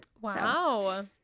Wow